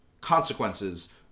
consequences